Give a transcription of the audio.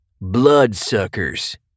bloodsuckers